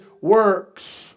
works